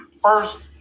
First